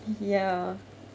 ya